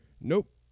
Nope